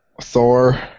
Thor